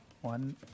One